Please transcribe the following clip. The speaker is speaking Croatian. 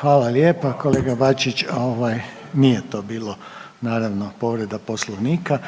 hvala lijepa. Kolega Bačić ovaj nije to bilo naravno povreda Poslovnika.